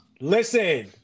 Listen